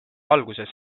alguses